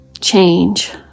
change